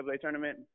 tournament